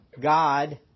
God